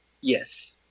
Yes